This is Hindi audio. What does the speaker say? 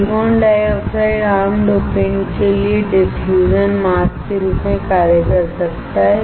सिलिकॉन डाइऑक्साइड आम डोपेंट के लिए डिफ्यूजन मास्क के रूप में कार्य कर सकता है